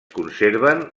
conserven